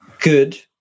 good